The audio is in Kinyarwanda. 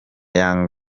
young